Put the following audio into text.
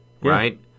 right